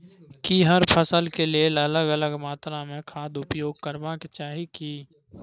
की हर फसल के लेल अलग अलग मात्रा मे खाद उपयोग करबाक चाही की?